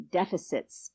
deficits